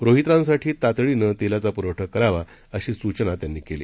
रोहित्रांसाठी तातडीनं तेलाचा पुरवठा करावा अशी सूचना त्यांनी केली